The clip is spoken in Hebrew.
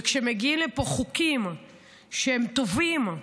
כשמגיעים לפה חוקים שהם טובים,